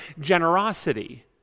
generosity